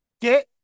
Get